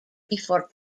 before